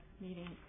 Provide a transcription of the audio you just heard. meeting